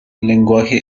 lenguaje